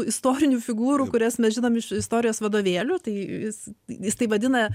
istorinių figūrų kurias mes žinom iš istorijos vadovėlių tai jis jis tai vadina